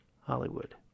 Hollywood